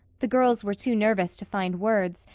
the girls were too nervous to find words,